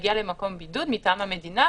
להגיע למקום בידוד מטעם המדינה,